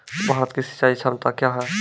भारत की सिंचाई क्षमता क्या हैं?